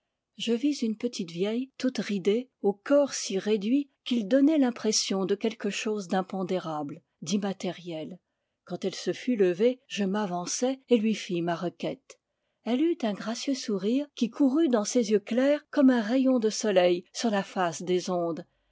je vis une petite vieille toute ridée au corps si réduit qu'il donnait l'impression de quel que chose d'impondérable d'immatériel quand elle se fut levée je m'avançai et lui fis ma requête elle eut un gra cieux sourire qui courut dans ses yeux clairs comme un rayon de soleil sur la face des ondes